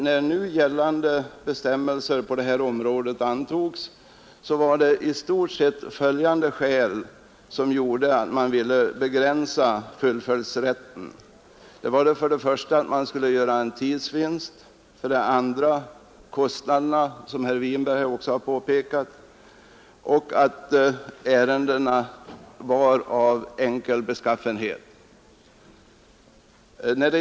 När nu gällande bestämmelser på det här området antogs var det i stort sett följande skäl som gjorde att man ville begränsa fullföljdsrätten. För det första skulle man göra en tidsvinst. För det andra var det kostnaderna — som herr Winberg också har påpekat — och att ärendena var av enkel beskaffenhet.